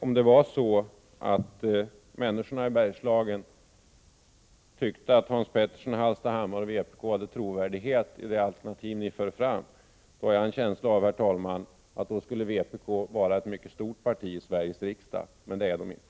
Om det vore så att människorna i Bergslagen tyckte att Hans Petersson i Hallstahammar och vpk hade trovärdighet i de alternativ ni för fram har jag, herr talman, en känsla av att vpk skulle vara ett mycket stort parti i Sveriges riksdag, men det är det inte.